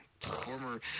former